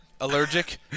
allergic